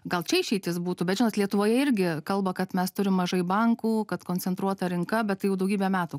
gal čia išeitis būtų bet žinot lietuvoje irgi kalba kad mes turim mažai bankų kad koncentruota rinka bet tai jau daugybę metų